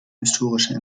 historischer